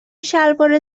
شلوار